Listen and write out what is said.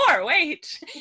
Wait